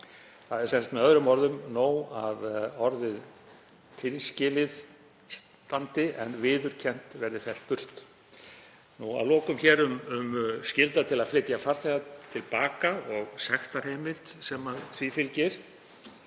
Það er sem sagt með öðrum orðum nóg að orðið „tilskilið“ standi en „viðurkennt“ verði fellt burt. Að lokum um skyldu til að flytja farþega til baka og sektarheimild sem því fylgir.